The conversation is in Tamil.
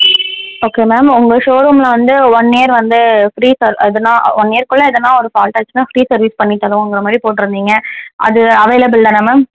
ஓகே மேம் உங்கள் ஷோரூமில் வந்து ஒன் இயர் வந்து ஃப்ரீ எதுனா ஒன் இயருக்குள்ள எதுனா ஒரு ஃபால்ட் ஆகிடுச்சுன்னா ஃப்ரீ சர்வீஸ் பண்ணி தருவோங்கிற மாதிரி போட்டுருந்தீங்க அது அவைலபிள் தானே மேம்